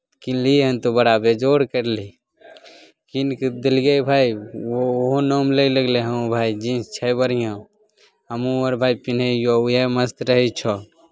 किनलियै हन तऽ बड़ा बेजोड़ करली किनि कऽ देलियै भाय ओहो नाम लै लगलै हन भाय जींस छै बढ़िआँ हमहूँ आर भाय पिन्हैयौ उएह मस्त रहै छौ